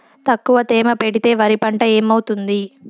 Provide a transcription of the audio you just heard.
తక్కువ తేమ పెడితే వరి పంట ఏమవుతుంది